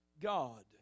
God